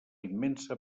immensa